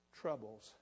troubles